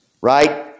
right